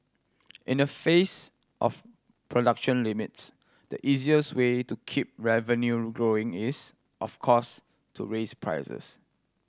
in the face of production limits the easiest way to keep revenue growing is of course to raise prices